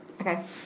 Okay